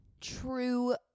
true